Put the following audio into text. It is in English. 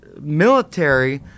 military